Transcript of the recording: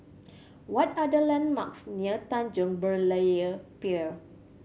what are the landmarks near Tanjong Berlayer Pier